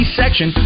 section